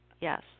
Yes